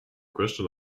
question